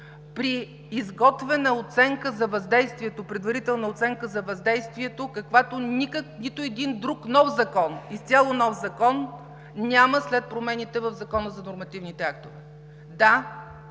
при изготвена предварителна оценка за въздействието, каквато нито един друг, изцяло нов закон няма след промените в Закона за нормативните актове. Да,